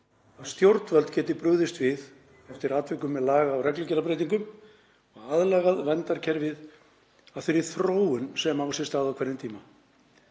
að stjórnvöld geti brugðist við, eftir atvikum með laga- og reglugerðarbreytingum, og aðlagað verndarkerfið að þeirri þróun sem á sér stað á hverjum tíma.